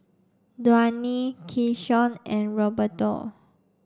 Dwaine Keyshawn and Roberto